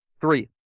Three